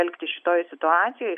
elgtis šitoj situacijoj